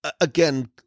again